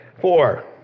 Four